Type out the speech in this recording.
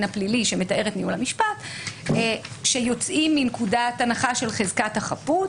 הפלילי שמתאר את ניהול המשפט שיוצאים מנקודת הנחה של חזקת החפות.